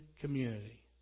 community